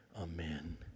Amen